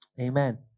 Amen